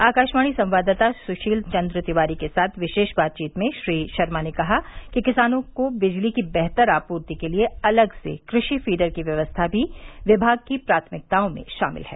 आकाशवाणी संवाददाता सुशील चन्द्र तिवारी के साथ विशेष बातचीत में श्री शर्मा ने कहा कि किसानों को बिजली की बेहतर आपूर्ति के लिए अलग से कृषि फीडर की व्यवस्था भी विभाग की प्राथमिकताओं में शामिल है